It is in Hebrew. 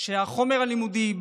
שהחומר הלימודי,